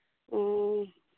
ᱚᱻ